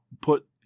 put